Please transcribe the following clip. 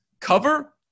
cover